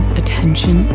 attention